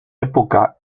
época